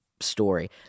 story